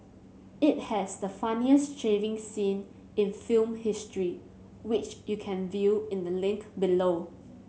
it has the funniest shaving scene in film history which you can view in the link below